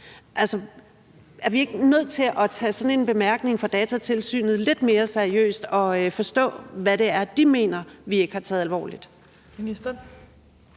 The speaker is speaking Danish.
Altså, er vi ikke nødt til at tage sådan en bemærkning fra Datatilsynet lidt mere seriøst og forstå, hvad det er, de mener vi ikke har taget alvorligt?